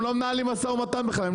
הם לא מנהלים משא ומתן בכלל,